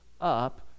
up